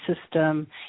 system